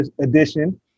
edition